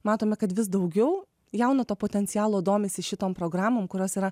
matome kad vis daugiau jauno to potencialo domisi šitom programom kurios yra